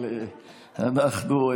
אבל אנחנו,